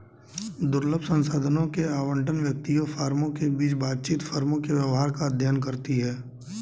दुर्लभ संसाधनों के आवंटन, व्यक्तियों, फर्मों के बीच बातचीत, फर्मों के व्यवहार का अध्ययन करती है